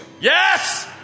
Yes